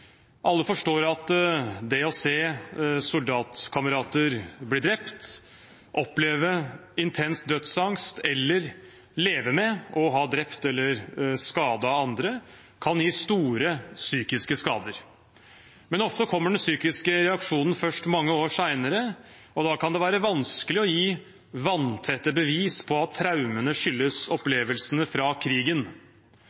Alle forstår at det å se soldatkamerater bli drept, oppleve intens dødsangst eller leve med å ha drept eller skadet andre kan gi store psykiske skader. Men ofte kommer den psykiske reaksjonen først mange år senere, og da kan det være vanskelig å gi vanntette bevis på at traumene skyldes